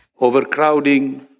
Overcrowding